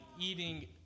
eating